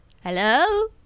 Hello